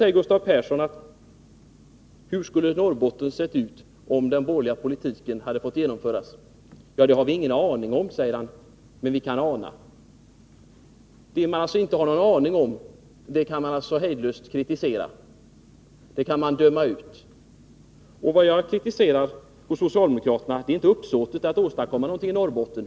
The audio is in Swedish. Gustav Persson undrade hur Norrbotten skulle ha sett ut om den borgerliga politiken hade fått genomföras. Det har vi ingen aning om, sade han. Det man inte har någon aning om kan man alltså hejdlöst kritisera och döma ut. Jag kritiserar inte socialdemokraternas uppsåt när det gäller att åstadkomma någonting i Norrbotten.